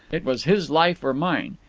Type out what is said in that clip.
it was his life or mine.